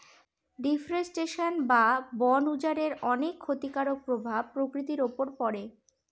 deforestation বা বন উজাড়ের অনেক ক্ষতিকারক প্রভাব প্রকৃতির উপর পড়ে